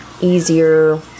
easier